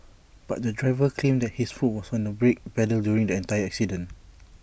but the driver claimed that his foot was on the brake pedal during the entire accident